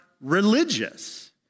religious